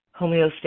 homeostasis